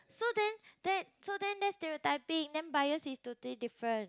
so then that so then that's stereotyping then bias is totally different